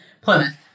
Plymouth